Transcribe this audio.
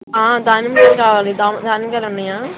దానిమ్మకాయలు కావాలి దాని దానిమ్మకాయలు ఉన్నాయా